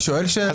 אני שואל שאלה.